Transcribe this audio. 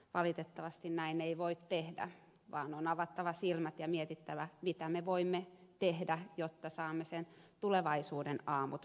valitettavasti näin ei voi tehdä vaan on avattava silmät ja mietittävä mitä me voimme tehdä jotta saamme tulevaisuuden aamut valoisammiksi